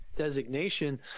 designation